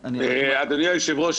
אדוני היושב ראש,